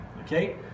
Okay